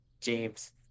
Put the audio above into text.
James